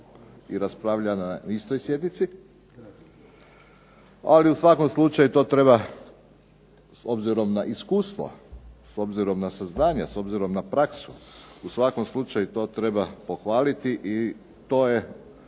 i raspravljana na istoj sjednici, ali u svakom slučaju to treba s obzirom na iskustvo, s obzirom na saznanje, s obzirom na praksu u svakom slučaju to treba pohvaliti i to je